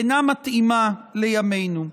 אינה מתאימה לימינו.